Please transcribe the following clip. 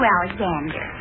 Alexander